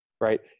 right